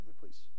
please